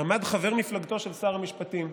עמד חבר מפלגתו של שר המשפטים,